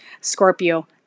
Scorpio